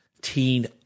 teen